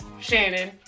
Shannon